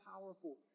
powerful